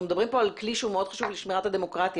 מדברים פה על כלי שהוא מאוד חשוב לשמירת הדמוקרטיה,